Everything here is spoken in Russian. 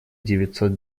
девятьсот